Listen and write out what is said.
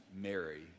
Mary